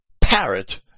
parrot